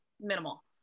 minimal